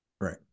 Right